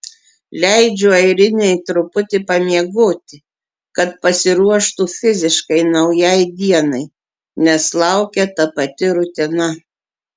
leidžiu airinei truputį pamiegoti kad pasiruoštų fiziškai naujai dienai nes laukia ta pati rutina